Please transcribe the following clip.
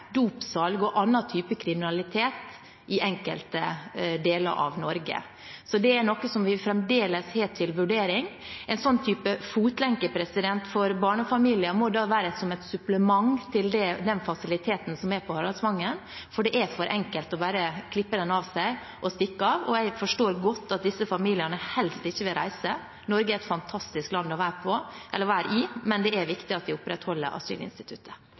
Norge. Så det er noe vi fremdeles har til vurdering. En sånn type fotlenke for barnefamilier må være som et supplement til den fasiliteten som er på Haraldvangen, for det er for enkelt bare å klippe lenken av seg og stikke av. Jeg forstår godt at disse familiene helst ikke vil reise – Norge er et fantastisk land å være i – men det er viktig at vi opprettholder asylinstituttet.